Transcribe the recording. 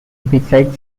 besides